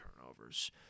turnovers